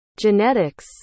Genetics